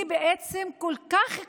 היא בעצם כל כך קטנה,